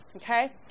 okay